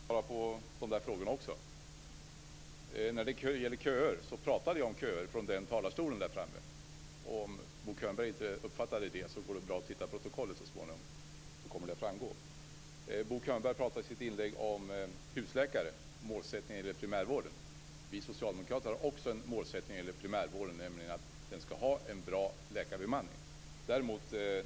Fru talman! Jag skall gärna svara också på dessa frågor. Jag pratade om köer från talarstolen. Om Bo Könberg inte uppfattade vad jag sade går det bra att så småningom läsa protokollet där det kommer att framgå. Bo Könberg talade i sitt anförande om husläkare och målsättning inom primärvården. Vi socialdemokrater har också en målsättning för primärvården, nämligen att den skall ha en bra läkarbemanning.